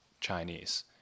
Chinese